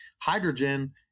hydrogen